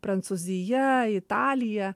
prancūzija italija